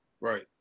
Right